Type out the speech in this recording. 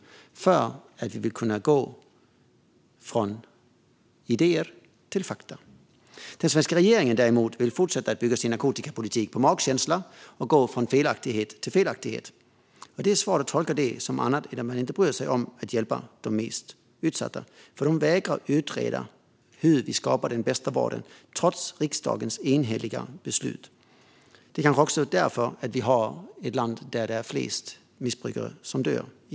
Vi vill nämligen gärna kunna gå från idéer till fakta. Den svenska regeringen vill däremot fortsätta bygga sin narkotikapolitik på magkänsla och går från felaktighet till felaktighet. Det är svårt att tolka det som något annat än att man inte bryr sig om att hjälpa de mest utsatta, eftersom man trots riksdagens enhälliga beslut vägrar utreda hur vi skapar den bästa vården. Men det kanske också är därför vi är det land i Europa där flest missbrukare dör.